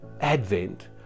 Advent